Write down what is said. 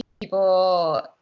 people